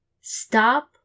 stop